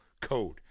code